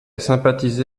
sympathisé